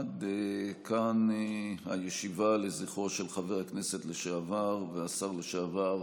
עד כאן הישיבה לזכרו של חבר הכנסת לשעבר והשר לשעבר